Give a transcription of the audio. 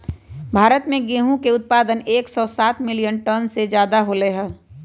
भारत में गेहूं के उत्पादन एकसौ सात मिलियन टन से ज्यादा होलय है